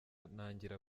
ntangira